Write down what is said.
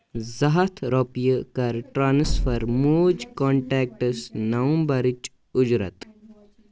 زٕ ہَتھ رۄپیہِ کَر ٹرانسفر موج کنٹیکٹَس نَومبرٕچ اُجرت